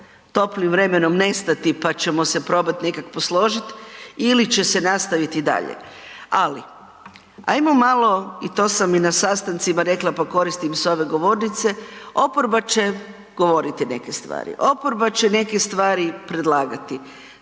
toplim vremenom nestati, pa ćemo se probat nekak posložit ili će se nastaviti i dalje. Ali, ajmo malo i to sam i na sastancima rekla, pa koristim i s ove govornice, oporba će govoriti neke stvari, oporba će neke stvari predlagati,